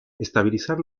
estabilizar